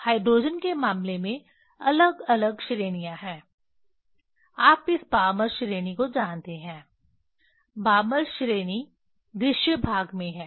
hydrogen के मामले में अलग अलग श्रेणियां हैं आप इस बामर श्रेणी को जानते हैं बामर श्रेणी दृश्य भाग में है